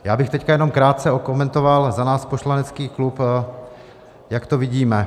Já bych teď jenom krátce okomentoval za náš poslanecký klub, jak to vidíme.